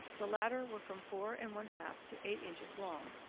the latter were from four and one-half to eight inches long.